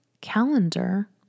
calendar